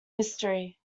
history